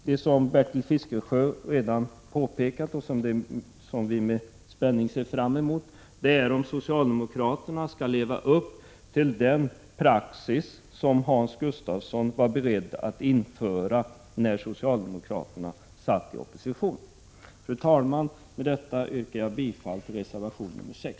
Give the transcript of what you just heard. Det som Bertil Fiskesjö redan har påpekat och som vi med spänning ser fram emot är om socialdemokraterna skall leva upp till den praxis som Hans Gustafsson var beredd att införa när socialdemokraterna satt i opposition. Fru talman! Med detta yrkar jag bifall till reservation 6.